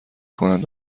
کنند